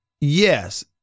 yes